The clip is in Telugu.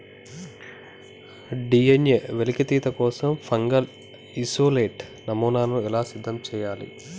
డి.ఎన్.ఎ వెలికితీత కోసం ఫంగల్ ఇసోలేట్ నమూనాను ఎలా సిద్ధం చెయ్యాలి?